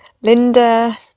Linda